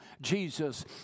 Jesus